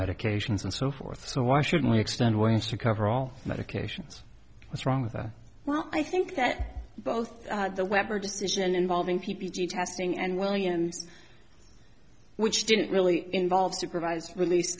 medications and so forth so why shouldn't we extend ways to cover all medications what's wrong with that well i think that both the weber decision involving p g testing and williams which didn't really involve supervised release